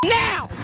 now